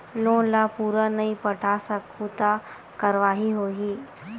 Loan ला पूरा नई पटा सकहुं का कारवाही होही?